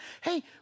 Hey